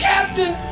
Captain